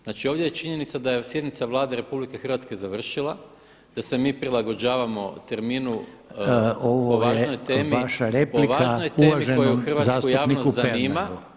Znači ovdje je činjenica da je sjednica Vlade RH završila, da se mi prilagođavamo terminu o važnoj temi [[Upadica Reiner: Ovo je vaša replika uvaženom zastupniku Pernaru.]] o važnoj temi koju hrvatsku javnost zanima.